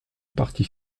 partie